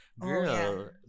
Girl